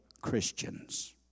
christians